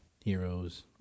Heroes